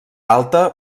alta